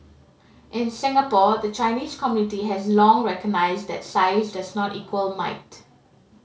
in Singapore the Chinese community has long recognised that size does not equal might